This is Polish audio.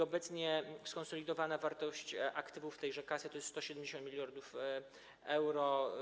Obecnie skonsolidowana wartość aktywów tejże kasy to 170 mld euro.